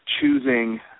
Choosing